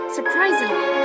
Surprisingly